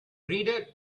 reader